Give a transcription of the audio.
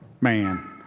man